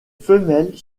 femelles